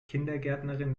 kindergärtnerin